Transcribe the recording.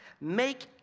Make